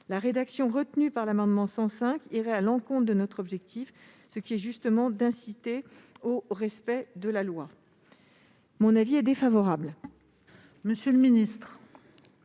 La rédaction retenue par l'amendement n° 105 rectifié irait à l'encontre de notre objectif, qui est justement d'inciter au respect de la loi. L'avis est donc défavorable.